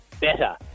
Better